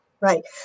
Right